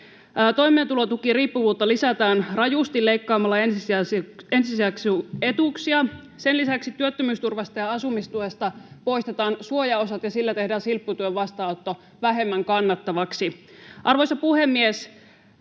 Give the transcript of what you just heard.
Toimeentulotukiriippuvuutta lisätään rajusti leikkaamalla ensisijaisia etuuksia. Sen lisäksi työttömyysturvasta ja asumistuesta poistetaan suojaosat ja sillä tehdään silpputyön vastaanotto vähemmän kannattavaksi. Arvoisa puhemies!